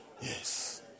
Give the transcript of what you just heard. Yes